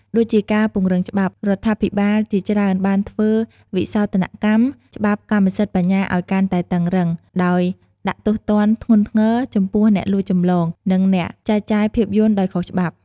ដូចជាការពង្រឹងច្បាប់ រដ្ឋាភិបាលជាច្រើនបានធ្វើវិសោធនកម្មច្បាប់កម្មសិទ្ធិបញ្ញាឱ្យកាន់តែតឹងរ៉ឹង ដោយដាក់ទោសទណ្ឌធ្ងន់ធ្ងរចំពោះអ្នកលួចចម្លង និងអ្នកចែកចាយភាពយន្តដោយខុសច្បាប់។